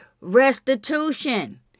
restitution